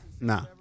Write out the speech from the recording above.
Nah